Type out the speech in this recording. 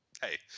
hey